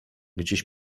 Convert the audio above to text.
gdzieś